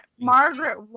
Margaret